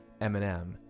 Eminem